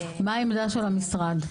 מה עמדת המשרד?